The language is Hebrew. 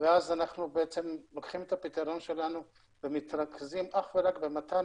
מאז אנחנו בעצם לוקחים את הפתרון שלנו ומתרכזים אך ורק במתן